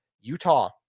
Utah